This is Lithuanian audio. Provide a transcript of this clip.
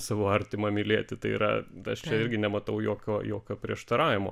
savo artimą mylėti tai yra tai aš čia irgi nematau jokio jokio prieštaravimo